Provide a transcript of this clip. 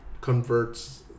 converts